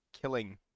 killing